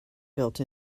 built